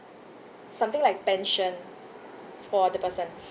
something like pension for the person